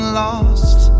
lost